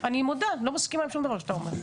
אני מודה שאני לא מסכימה עם שום דבר שאתה אומר.